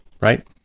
right